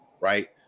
Right